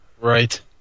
Right